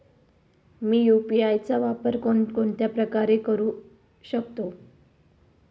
मी UPI चा कोणकोणत्या प्रकारे उपयोग करू शकतो?